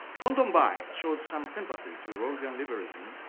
tondo mbae showed some sympathy to rosie and liberalism,